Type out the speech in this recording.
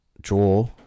draw